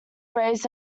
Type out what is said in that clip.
raised